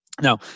Now